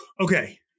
Okay